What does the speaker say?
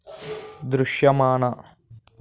దృశ్యమాన